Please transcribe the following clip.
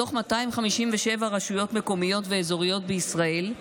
מתוך 257 רשויות מקומיות ואזוריות בישראל,